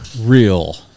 real